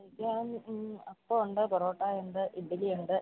കഴിക്കാന് അപ്പമുണ്ട് പൊറോട്ടായുണ്ട് ഇഡ്ഡലിയുണ്ട്